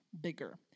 bigger